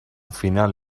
final